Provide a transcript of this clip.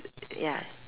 ya